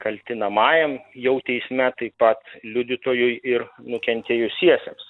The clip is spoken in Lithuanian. kaltinamajam jau teisme taip pat liudytojui ir nukentėjusiesiems